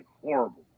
horrible